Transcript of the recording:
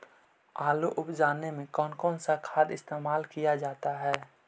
आलू अब जाने में कौन कौन सा खाद इस्तेमाल क्या जाता है?